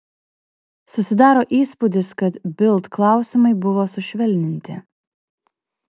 susidaro įspūdis kad bild klausimai buvo sušvelninti